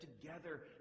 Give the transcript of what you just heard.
together